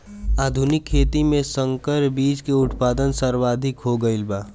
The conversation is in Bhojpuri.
आधुनिक खेती में संकर बीज के उत्पादन सर्वाधिक हो गईल बा